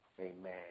amen